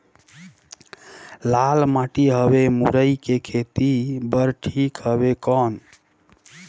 लाल माटी हवे मुरई के खेती बार ठीक हवे कौन?